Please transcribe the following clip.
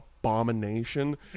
abomination